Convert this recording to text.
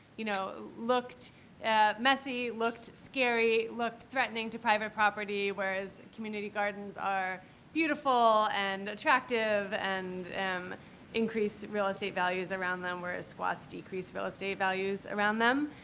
you know, looked messy, looked scary, looked threatening to private property, whereas community gardens are beautiful and attractive and um increased real estate values around them, whereas squats decreased real estate values around them.